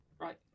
Right